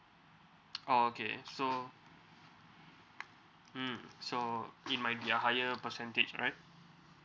oh okay so mm so it might be a higher percentage right